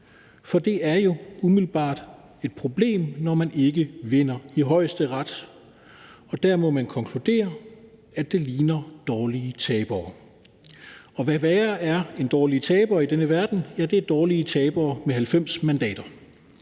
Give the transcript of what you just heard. fordi det jo umiddelbart er et problem, når man ikke vinder i Højesteret. Og der må det konkluderes, at de ligner dårlige tabere, og hvad er værre end dårlige tabere i denne verden? Ja, det er dårlige tabere med 90 mandater.